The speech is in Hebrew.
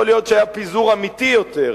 יכול להיות שהיה פיזור אמיתי יותר